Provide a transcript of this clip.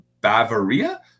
Bavaria